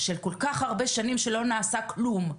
של כל כך הרבה שנים שלא נעשה כלום.